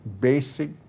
basic